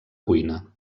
cuina